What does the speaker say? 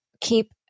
keep